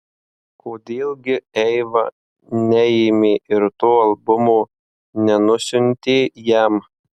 kodėl gi eiva neėmė ir to albumo nenusiuntė jam